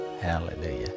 Hallelujah